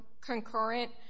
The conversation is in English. concurrent